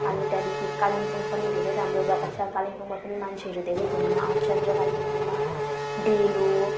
अनि त्यहाँदेखि कालिम्पोङ पनि धेरै राम्रो जगा छ कालिम्पोङमा पनि मान्छेहरू धेरै घुम्न आउँछन् र कालिम्पोङमा डेलो